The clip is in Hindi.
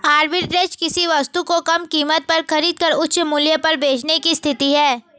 आर्बिट्रेज किसी वस्तु को कम कीमत पर खरीद कर उच्च मूल्य पर बेचने की स्थिति है